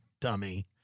dummy